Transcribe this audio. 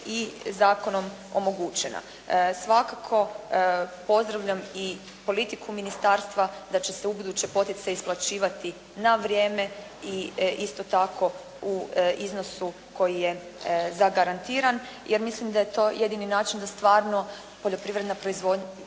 i zakonom omogućena. Svakako pozdravljam i politiku ministarstva da će se ubuduće poticaj isplaćivati na vrijeme i isto tako u iznosu koji je zagarantiran, jer mislim da je to jedini način da stvarno poljoprivredna proizvodnja